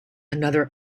another